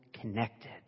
connected